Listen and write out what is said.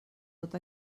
pot